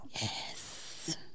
Yes